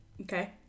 Okay